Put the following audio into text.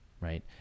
Right